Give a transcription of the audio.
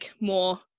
more